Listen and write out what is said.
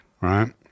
right